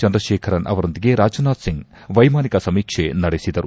ಚಂದ್ರಶೇಖರನ್ ಅವರೊಂದಿಗೆ ರಾಜ್ನಾಥ್ ಸಿಂಗ್ ವೈಮಾನಿಕ ಸಮೀಕ್ಷೆ ನಡೆಸಿದರು